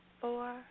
four